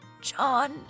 John